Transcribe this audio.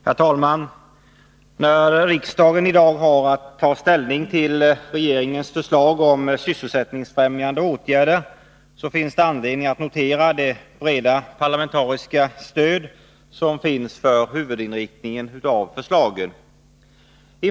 Herr talman! När riksdagen i dag har att ta ställning till regeringens förslag om sysselsättningsfrämjande åtgärder finns det anledning att notera det breda parlamentariska stöd som finns för huvudinriktningen i förslagen.